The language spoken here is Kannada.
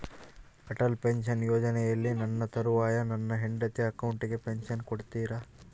ಅಟಲ್ ಪೆನ್ಶನ್ ಯೋಜನೆಯಲ್ಲಿ ನನ್ನ ತರುವಾಯ ನನ್ನ ಹೆಂಡತಿ ಅಕೌಂಟಿಗೆ ಪೆನ್ಶನ್ ಕೊಡ್ತೇರಾ?